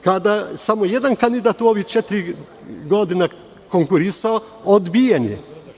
Kada je samo jedan kandidat u ove četiri godine konkurisao, odbijen je.